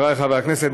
חברי חברי הכנסת,